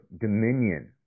dominion